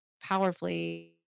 powerfully